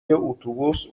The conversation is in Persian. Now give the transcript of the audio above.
اتوبوس